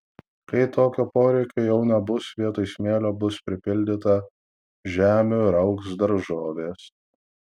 kai tokio poreikio jau nebus vietoj smėlio bus pripildyta žemių ir augs daržovės